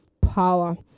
power